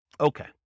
Okay